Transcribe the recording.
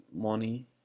money